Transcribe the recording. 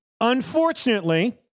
Unfortunately